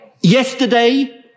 Yesterday